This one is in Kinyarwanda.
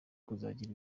kuzagira